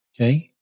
okay